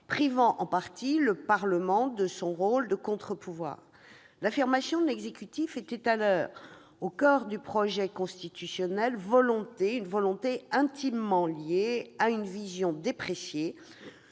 privant en partie le Parlement de son rôle de contre-pouvoir. L'affirmation de l'exécutif était au coeur du projet constitutionnel, volonté intimement liée à une vision dépréciée